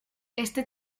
este